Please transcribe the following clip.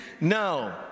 No